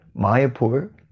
Mayapur